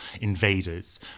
invaders